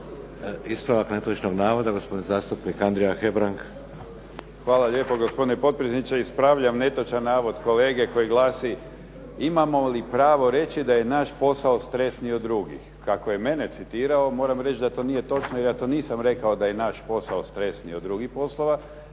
Ispravak netočnog navoda gospodin zastupnik Andrija Hebrang. **Hebrang, Andrija (HDZ)** Hvala lijepo, gospodine potpredsjedniče. Ispravljam netočan navod kolege koji glasi imamo li pravo reći da je naš posao stresniji od drugih. Kako je mene citirao moram reći da to nije točno jer ja to nisam rekao da je naš posao stresniji od drugih poslova.